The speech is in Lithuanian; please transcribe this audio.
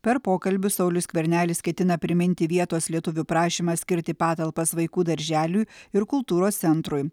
per pokalbius saulius skvernelis ketina priminti vietos lietuvių prašymą skirti patalpas vaikų darželiui ir kultūros centrui